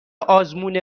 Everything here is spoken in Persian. آزمون